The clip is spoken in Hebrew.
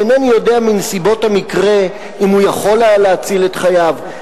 אינני יודע מנסיבות המקרה אם הוא היה יכול להציל את חייו,